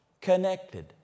connected